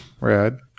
red